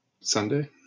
Sunday